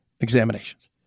examinations